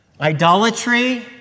Idolatry